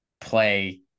play